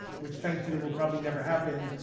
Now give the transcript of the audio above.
which thankfully will probably never happen.